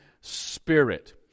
spirit